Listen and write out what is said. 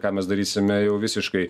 ką mes darysime jau visiškai